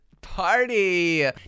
Party